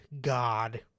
God